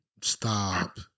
Stop